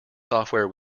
software